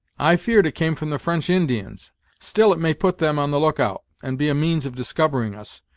i feared it came from the french indians still it may put them on the look-out, and be a means of discovering us.